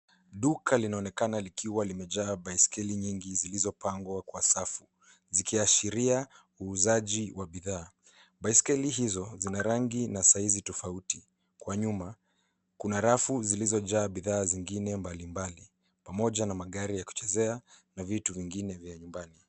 Duka linaonekana likiwa limejaa baiskeli nyingi zilizopangwa kwa safu, zikiashiria uuzaji wa bidhaa. Baiskeli hizo zina rangi na saizi tofauti. Kwa nyuma, kuna rafu zilizojaa bidhaa zingine mbalimbali pamoja na magari ya kuchezea na vitu vingine vya nyumbani.